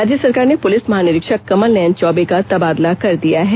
राज्य सरकार ने पुलिस महानिरीक्षक कमल नयन चौबे का तबादला कर दिया है